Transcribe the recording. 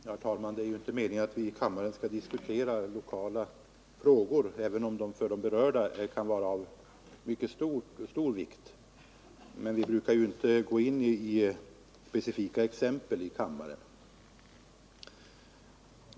Herr talman! Det är inte meningen att vi här skall diskutera lokala frågor, även om dessa för de berörda kan vara av mycket stor vikt. Vi brukar ju inte gå in på specifika exempel i kammaren.